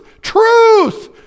truth